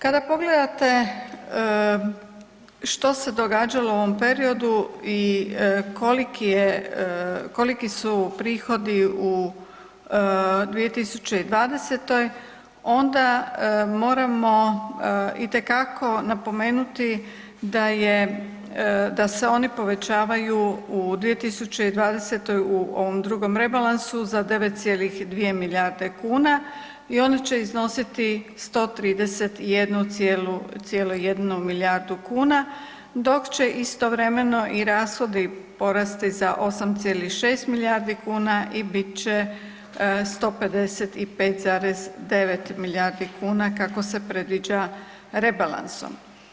Kada pogledate što se događalo u ovom periodu i koliki su prihodi u 2020. onda moramo itekako napomenuti da se oni povećavaju u 2020. u ovom drugom rebalansu za 9,2 milijarde kuna i oni će iznositi 131,1 milijardu kuna dok će istovremeno i rashodi porasti za 8,6 milijardi kuna i bit će 155,9 milijardi kuna kako se predviđa rebalansom.